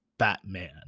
Batman